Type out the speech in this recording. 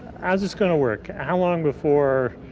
how's this going to work? how long before,